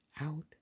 out